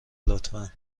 لطفا